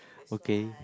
okay